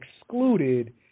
excluded